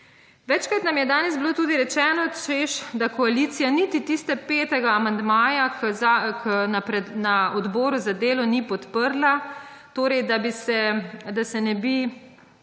Večkrat nam je danes bilo tudi rečeno, češ, da koalicija niti tiste petega amandmaja na Odboru za delo ni podprla, torej da se nebi